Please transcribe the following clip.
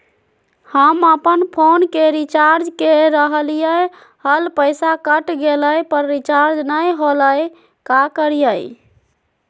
हम अपन फोन के रिचार्ज के रहलिय हल, पैसा कट गेलई, पर रिचार्ज नई होलई, का करियई?